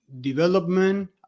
development